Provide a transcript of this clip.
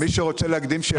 מי שרוצה להקדים שיבוא.